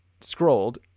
scrolled